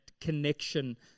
connection